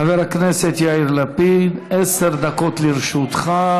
חבר הכנסת יאיר לפיד, עשר דקות לרשותך.